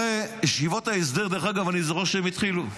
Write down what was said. הרי ישיבות ההסדר, דרך אגב, אני זוכר שהם התחילו,